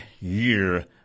year